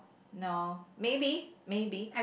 no maybe maybe